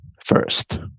first